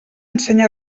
ensenya